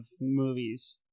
movies